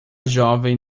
jovem